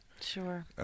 sure